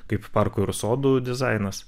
kaip parkų ir sodų dizainas